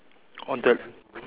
on the